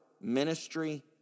ministry